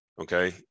okay